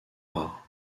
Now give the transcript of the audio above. rares